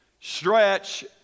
Stretch